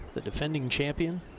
the defending champion.